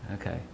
Okay